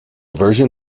version